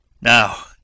Now